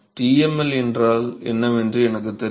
TmL என்றால் என்னவென்று எனக்குத் தெரியும்